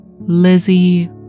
Lizzie